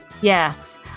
Yes